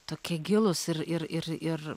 tokie gilūs ir ir ir ir